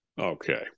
Okay